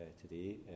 today